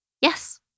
Yes